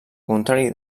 contrari